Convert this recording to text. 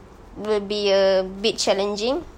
will be a bit challenging